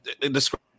Describe